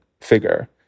figure